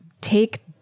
take